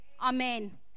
Amen